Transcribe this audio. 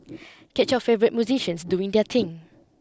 catch your favourite musicians doing their thing